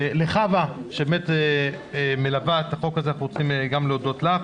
לחוה שמלווה את החוק הזה, אני רוצה גם להודות לך.